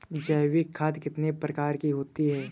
जैविक खाद कितने प्रकार की होती हैं?